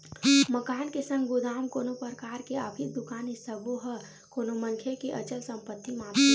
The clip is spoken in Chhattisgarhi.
मकान के संग गोदाम, कोनो परकार के ऑफिस, दुकान ए सब्बो ह कोनो मनखे के अचल संपत्ति म आथे